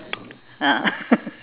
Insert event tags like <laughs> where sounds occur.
ah <laughs>